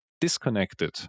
disconnected